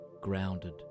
grounded